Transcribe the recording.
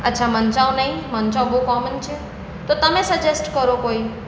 અચ્છા મંચાઉ નહીં મંચાઉ બહુ કોમન છે તો તમે સજેસ્ટ કરો કોઈ